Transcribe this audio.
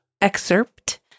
Excerpt